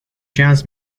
jazz